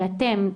ואתם,